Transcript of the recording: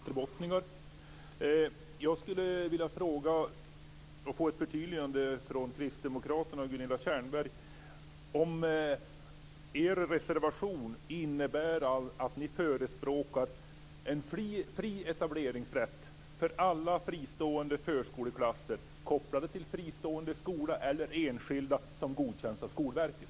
Fru talman! Det är ju intressant att den här debatten inleds med tre västerbottningar. Jag skulle vilja få ett förtydligande från kristdemokraterna och Gunilla Tjernberg. Innebär er reservation att ni förespråkar en fri etableringsrätt för alla fristående förskoleklasser kopplade till fristående skola eller enskilda som godkänns av Skolverket?